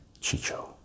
Chicho